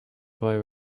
boy